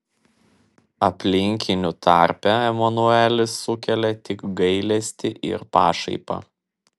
aplinkinių tarpe emanuelis sukelia tik gailestį ir pašaipą